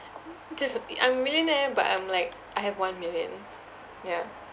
hmm just a bit I'm millionaire but I'm like I have one million yeah